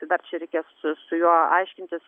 tai dar čia reikės su su juo aiškintis